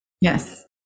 Yes